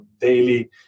daily